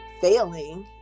failing